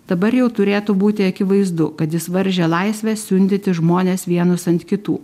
dabar jau turėtų būti akivaizdu kad jis varžė laisvę siundyti žmones vienus ant kitų